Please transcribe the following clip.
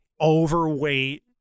overweight